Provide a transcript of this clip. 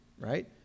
Right